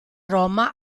roma